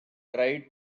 tried